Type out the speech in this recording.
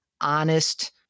honest